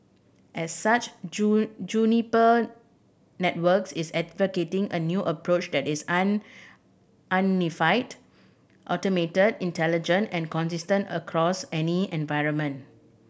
as such Juniper Networks is advocating a new approach that is an unified automated intelligent and consistent across any environment